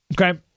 Okay